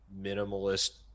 minimalist